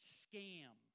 scam